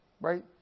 right